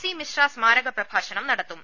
C മിശ്ര സ്മാരക പ്രിപ്പഭാഷണം നടത്തും